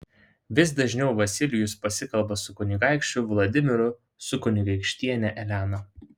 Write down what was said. vis dažniau vasilijus pasikalba su kunigaikščiu vladimiru su kunigaikštiene elena